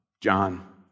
John